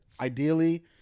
Ideally